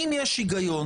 כתבתי מכתבים,